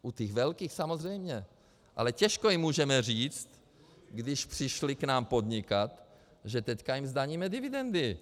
U těch velkých samozřejmě, ale těžko jim můžeme říct, když přišly k nám podnikat, že teď jim zdaníme dividendy.